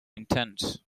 intense